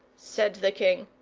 said the king.